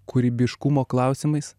kūrybiškumo klausimais